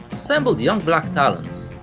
assembled young black talents,